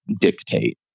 Dictate